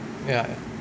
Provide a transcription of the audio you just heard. ya ya